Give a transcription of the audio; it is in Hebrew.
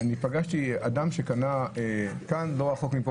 פגשתי אדם שקנה לא רחוק מפה